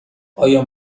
آیا